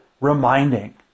reminding